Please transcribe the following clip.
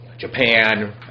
Japan